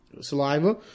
saliva